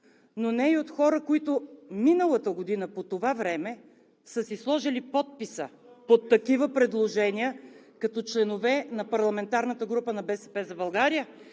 но не и от хора, които миналата година по това време са си сложили подписа под такива предложения като членове на парламентарната група на „БСП за България“,